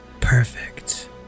Perfect